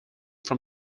from